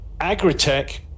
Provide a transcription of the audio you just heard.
Agritech